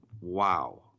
wow